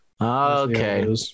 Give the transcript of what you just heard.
okay